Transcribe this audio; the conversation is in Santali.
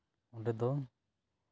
ᱚᱸᱰᱮ ᱫᱚ